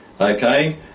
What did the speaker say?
okay